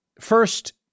First